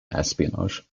espionage